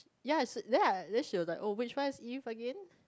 ya so ya then she was like oh which one is Eve again